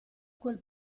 quel